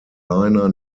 liner